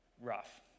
rough